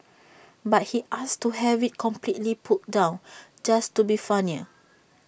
but he asked to have IT completely pulled down just to be funnier